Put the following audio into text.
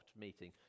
meeting